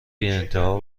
بیانتها